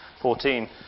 14